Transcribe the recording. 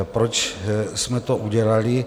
Proč jsme to udělali?